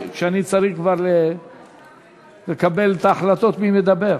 כשאני צריך כבר לקבל את ההחלטות מי מדבר.